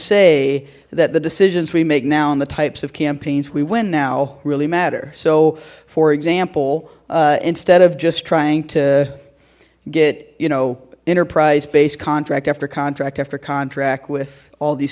say that the decisions we make now and the types of campaigns we win now really matter so for example instead of just trying to get you know enterprise based contract after contract after contract with all these